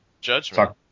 Judgment